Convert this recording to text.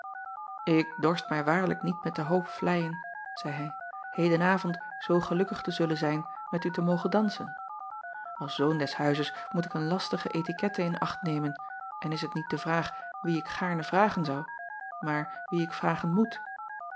k dorst mij waarlijk niet met de hoop vleien zeî hij heden avond zoo gelukkig te zullen zijn met u te mogen dansen ls zoon des huizes moet ik een lastige etikette in acht nemen en is het niet de vraag wie ik gaarne vragen zou maar wie ik vragen moet